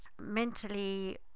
mentally